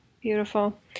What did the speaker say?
beautiful